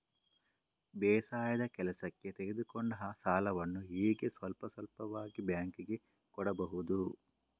ಬೇಸಾಯದ ಕೆಲಸಕ್ಕೆ ತೆಗೆದುಕೊಂಡ ಸಾಲವನ್ನು ಹೇಗೆ ಸ್ವಲ್ಪ ಸ್ವಲ್ಪವಾಗಿ ಬ್ಯಾಂಕ್ ಗೆ ಕೊಡಬಹುದು?